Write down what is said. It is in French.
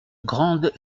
grande